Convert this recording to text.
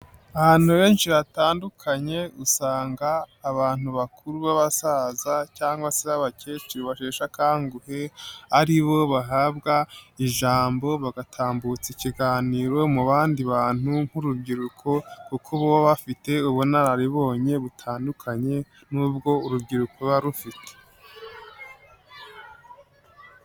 Abantu benshishi hatandukanye, usanga abantu bakuru b'abasaza cyangwa se abakecuru basheshe akanguhe, usanga ari bo bahabwa ijambo bagatambutsa ikiganiro mu bandi bantu nk'urubyiruko, kuko baba bafite ubunararibonye butandukanye n'ubwo urubyiruko rufite.